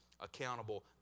accountable